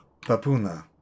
Papuna